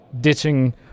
ditching